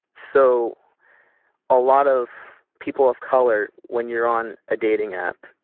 so a lot of people of color, when you're on a dating app,